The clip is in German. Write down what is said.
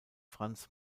franz